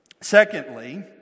Secondly